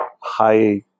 high